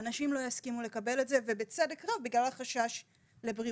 אנשים לא יסכימו לקבל את זה ובצדק רב בגלל החשש לבריאותם.